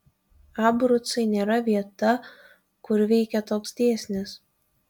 abrucai nėra vieta kur veikia toks dėsnis